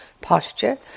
posture